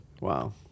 Wow